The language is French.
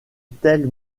telle